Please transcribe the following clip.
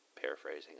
paraphrasing